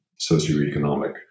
socioeconomic